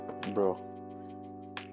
Bro